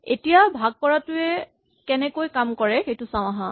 এতিয়া ভাগ কৰাটোৱে কেনেকৈ কাম কৰে চাওঁ আহাঁ